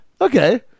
Okay